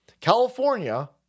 California